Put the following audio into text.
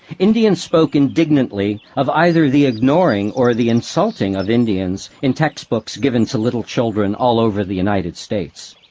indians spoke indignantly of either the ignoring or the insulting of indians in textbooks given to little children all over the united states.